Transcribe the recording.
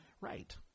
Right